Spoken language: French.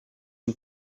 une